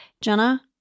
Jenna